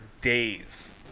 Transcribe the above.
days